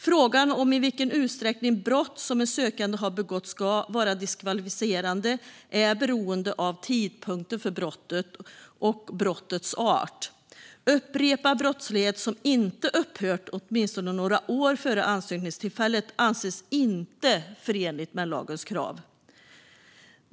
Frågan om i vilken utsträckning brott som en sökande har begått ska vara diskvalificerande är beroende av tidpunkten för brottet och brottets art. Upprepad brottslighet som inte upphört åtminstone några år före ansökningstillfället anses inte förenlig med lagens krav.